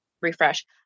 refresh